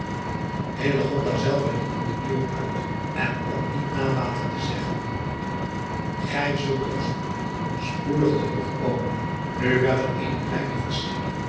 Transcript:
zelve liet hem de deur uit en kon niet nalaten te zeggen ij zult toch spoedig spoedig terugkomen u werd er eene kleine